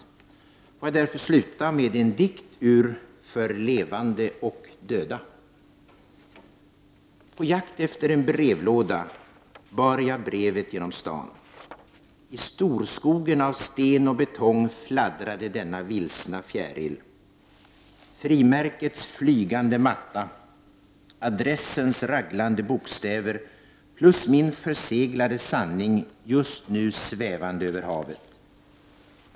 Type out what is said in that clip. Jag skall därför sluta med en dikt ur ”För levande och döda”. bar jag brevet genom stan. I storskogen av sten och betong fladdrade denna vilsna fjäril. Frimärkets flygande matta adressens raglande bokstäver plus min förseglade sanning just nu svävande över havet.